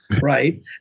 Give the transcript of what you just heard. right